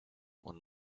und